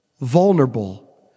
vulnerable